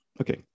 okay